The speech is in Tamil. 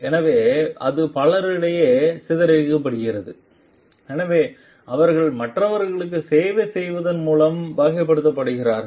எனவே அது பலரிடையே சிதறடிக்கப்படுகிறது எனவே அவர்கள் மற்றவர்களுக்கு சேவை செய்வதன் மூலம் வகைப்படுத்தப்படுகிறார்கள்